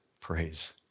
praise